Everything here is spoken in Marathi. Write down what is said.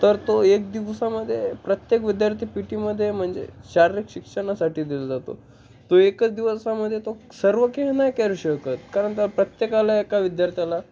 तर तो एक दिवसामध्ये प्रत्येक विद्यार्थी पी टीमध्ये म्हणजे शारीरिक शिक्षणासाठी दिला जातो तो एकच दिवसामध्ये तो सर्व काही नाही करू शकत कारण तर प्रत्येकाला एका विद्यार्थ्याला